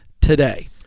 today